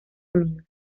unidos